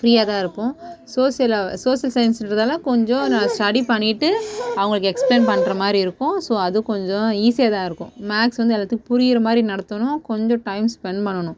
ஃபிரீயாகதான் இருப்போம் சோசியல் அவ சோசியல் சயின்ஸுன்றதாலே கொஞ்சம் நாங்கள் ஸ்டடி பண்ணிட்டு அவர்களுக்கு எக்ஸ்ப்ளைன் பண்ணுற மாதிரி இருக்கும் ஸோ அது கொஞ்சம் ஈசியாகதான் இருக்கும் மேக்ஸ் வந்து எல்லாத்துக்கும் புரிகிற மாதிரி நடத்தணும் கொஞ்சம் டைம் ஸ்பென்ட் பண்ணணும்